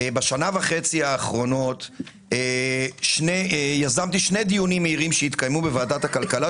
בשנה וחצי האחרונות יזמתי שני דיונים מהירים שהתקיימו בוועדת הכלכלה,